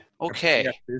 Okay